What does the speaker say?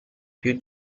più